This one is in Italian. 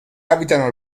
abitano